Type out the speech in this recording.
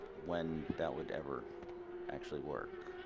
when that would ever actually work.